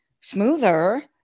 smoother